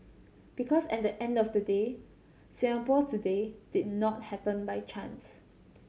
because at the end of the day Singapore today did not happen by chance